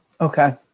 Okay